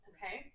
Okay